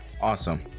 awesome